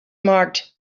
marked